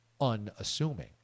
unassuming